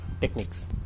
techniques